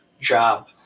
job